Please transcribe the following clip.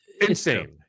insane